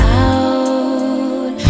out